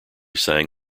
sang